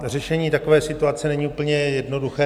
Řešení takové situace není úplně jednoduché.